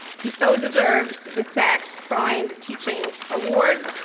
he so deserves the sacks-freund teaching award.